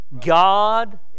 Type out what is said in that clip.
God